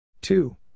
Two